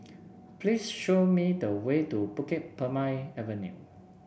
please show me the way to Bukit Purmei Avenue